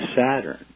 Saturn